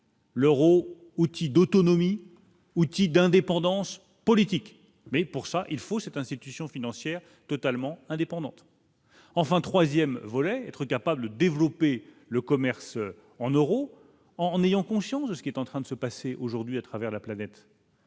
L'Euro, outil d'autonomie outil d'indépendance politique, mais pour ça il faut cette institution financière totalement indépendante, enfin 3ème volet, être capable de développer le commerce en euros en ayant conscience de ce qui est en train de se passer aujourd'hui à travers la planète.